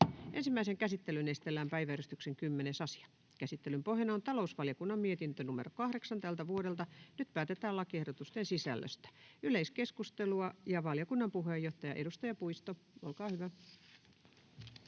Ensimmäiseen käsittelyyn esitellään päiväjärjestyksen 10. asia. Käsittelyn pohjana on talousvaliokunnan mietintö TaVM 8/2024 vp. Nyt päätetään lakiehdotusten sisällöstä. — Yleiskeskustelua. Valiokunnan puheenjohtaja, edustaja Puisto, olkaa hyvä.